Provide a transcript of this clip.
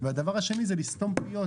והדבר השני הוא לסתום פיות.